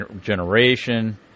generation